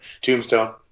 tombstone